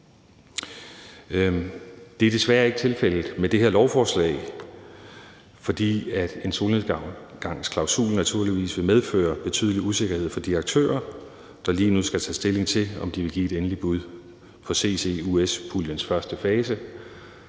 Det er desværre ikke tilfældet med det her lovforslag, fordi en solnedgangsklausul naturligvis vil medføre betydelig usikkerhed for de aktører, der lige nu skal tage stilling til, om de vil give et endeligt bud på CCUS-puljens første fase